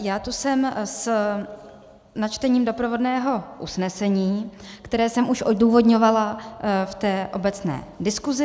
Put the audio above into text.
Já tu jsem s načtením doprovodného usnesení, které jsem už odůvodňovala v obecné diskusi.